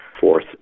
fourth